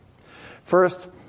First